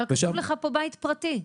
אבל כתוב לך פה בית פרטי.